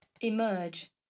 emerge